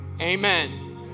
Amen